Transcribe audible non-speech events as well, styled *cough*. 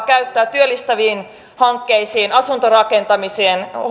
*unintelligible* käyttää työllistäviin hankkeisiin asuntorakentamiseen